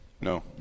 No